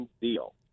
deal